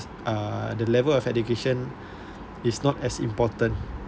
err the level of education is not as important